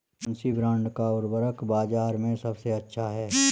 कौनसे ब्रांड का उर्वरक बाज़ार में सबसे अच्छा हैं?